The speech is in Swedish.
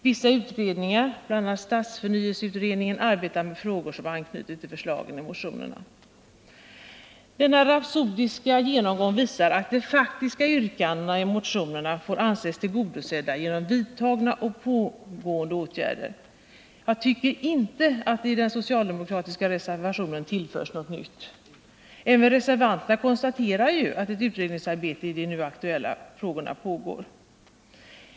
Vissa utredningar — bl.a. stadsförnyelseutredningen — arbetar med frågor som anknyter till förslagen i motionerna. Denna rapsodiska genomgång visar att de faktiska yrkandena i motionerna får anses tillgodosedda genom vidtagna och pågående åtgärder. Jag tycker inte att den socialdemokratiska reservationen tillför ärendet något nytt. Även reservanterna konstaterar ju att ett utredningsarbete i de nu aktuella frågorna pågår.